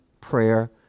prayer